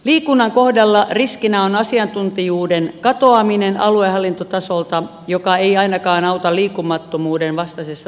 liikunnan kohdalla riskinä on asiantuntijuuden katoaminen aluehallintotasolta mikä ei ainakaan auta liikkumattomuuden vastaisessa taistelussa